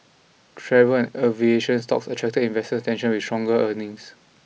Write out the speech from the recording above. travel and aviation stocks attracted investor attention with stronger earnings